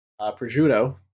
prosciutto